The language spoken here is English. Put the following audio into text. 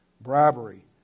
bribery